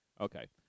Okay